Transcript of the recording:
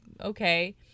okay